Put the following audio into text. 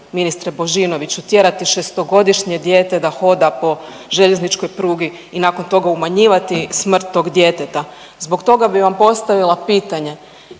ministre Božinović tjerati 6-godišnje dijete da hoda po željezničkoj prugi i nakon toga umanjivati smrt tog djeteta. Zbog toga bi vam postavila pitanje,